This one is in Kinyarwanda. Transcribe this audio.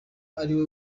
ariwe